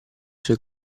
suoi